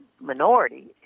minority